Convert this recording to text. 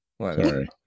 Sorry